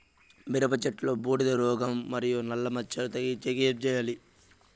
మిరప చెట్టులో బూడిద రోగం మరియు నల్ల మచ్చలు తగ్గించేకి ఏమి చేయాలి?